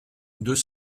deux